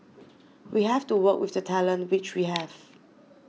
we have to work with the talent which we have